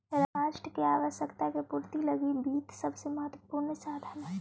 राष्ट्र के आवश्यकता के पूर्ति लगी वित्त सबसे महत्वपूर्ण साधन हइ